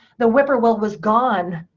the whippoorwill was gone.